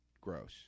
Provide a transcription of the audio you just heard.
gross